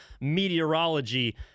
meteorology